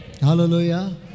Hallelujah